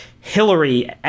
Hillary